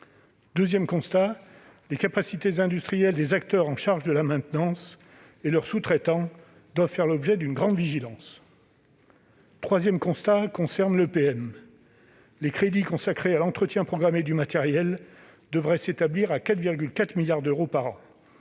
Deuxième constat : les capacités industrielles des acteurs chargés de la maintenance et de leurs sous-traitants doivent faire l'objet d'une grande vigilance. Troisième constat : les crédits consacrés à l'entretien programmé du matériel devaient s'établir à 4,4 milliards d'euros par an.